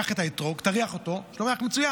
קח את האתרוג, תריח אותו, יש לו ריח מצוין.